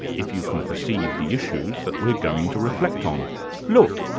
if you can perceive the issues that we're going to reflect on look,